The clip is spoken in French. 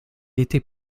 était